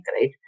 right